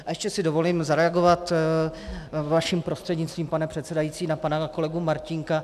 A ještě si dovolím zareagovat vaším prostřednictvím, pane předsedající, na pana kolegu Martínka.